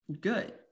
good